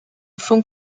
von